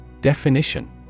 Definition